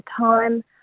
time